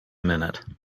minute